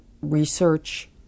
research